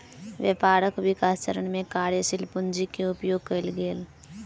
व्यापारक विकास चरण में कार्यशील पूंजी के उपयोग कएल गेल